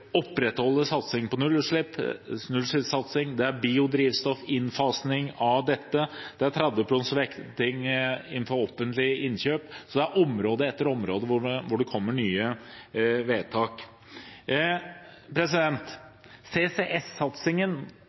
opprettholde nullutslippssatsing, ha innfasing av biodrivstoff, ha 30 pst. vekting innenfor offentlige innkjøp. På område etter område kommer det nye vedtak.